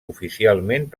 oficialment